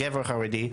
גבר חרדי,